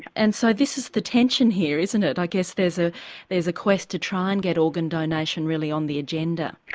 and so this is the tension here, isn't it? i guess there's ah there's a quest to try and get organ donation really on the agenda.